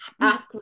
ask